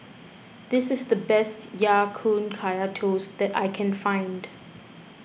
this is the best Ya Kun Kaya Toast that I can find